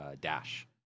dash